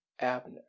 Abner